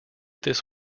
this